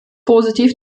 positiv